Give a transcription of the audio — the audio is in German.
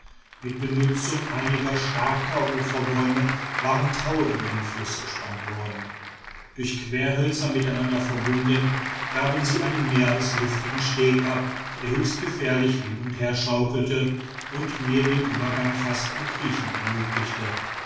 mit benutzung einiger starker uferbäume waren taue über den fluß gespannt worden durch querhölzer miteinander verbunden gaben sie einen mehr als luftigen steg ab der höchst gefährlich hin und herschaukelte und mir den übergang fast nur kriechend ermöglichte